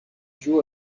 duo